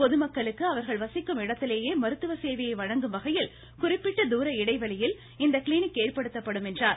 பொதுமக்களுக்கு அவர்கள் வசிக்கும் இடத்திலேயே மருத்துவ சேவையை வழங்கும் வகையில் குறிப்பிட்ட தூர இடைவெளியில் இந்த கிளினிக் ஏற்படுத்தப்படும் என்றார்